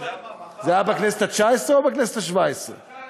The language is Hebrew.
זה היה בכנסת התשע-עשרה או בכנסת השמונה-עשרה?